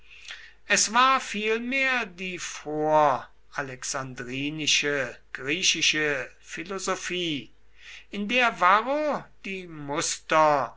es war vielmehr die voralexandrinische griechische philosophie in der varro die muster